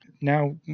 now